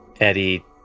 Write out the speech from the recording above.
Eddie